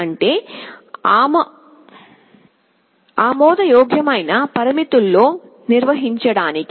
అంటే ఆమోదయోగ్యమైన పరిమితుల్లో నిర్వహించడానికి